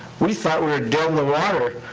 we thought we were dead in the water.